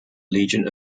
legion